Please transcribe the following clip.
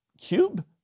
Cube